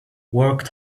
worked